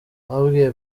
babwiye